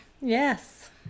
Yes